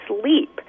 sleep